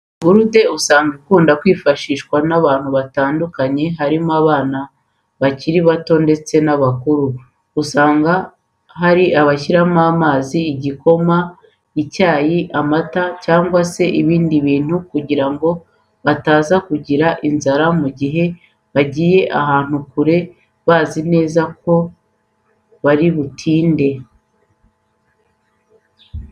Gurude usanga ikunda kwifashishwa n'abantu batandukanye harimo abana bakiri bato ndetse n'abakuru. Usanga hari abayishyiramo amazi, igikoma, icyayi, amata cyangwa se n'ibindi kugira ngo bataza kugira inzara mu gihe bagiye ahantu kure bazi neza ko bari butinde.